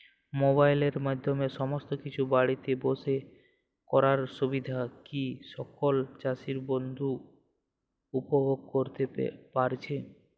মোবাইলের মাধ্যমে সমস্ত কিছু বাড়িতে বসে করার সুবিধা কি সকল চাষী বন্ধু উপভোগ করতে পারছে?